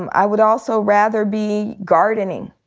and i would also rather be gardening.